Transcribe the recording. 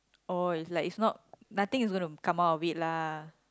is like is not nothing is going to come out of it lah